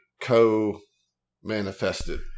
co-manifested